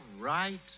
right